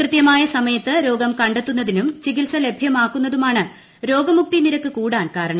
കൃത്യമായ സമയത്ത് രോഗം കണ്ടെത്തുന്നതിനും ചികിത്സ ലഭ്യമാക്കുന്നതുമാണ് രോഗമുക്തി നിരക്ക് കൂടാൻ കാരണം